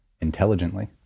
intelligently